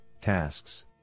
tasks